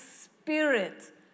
Spirit